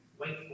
wait